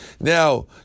Now